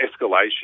escalation